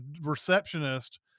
receptionist